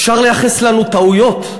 אפשר לייחס לנו טעויות,